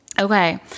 Okay